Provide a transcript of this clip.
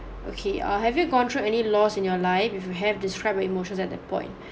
okay err have you gone through any loss in your life if you have described your emotions at that point